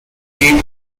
cape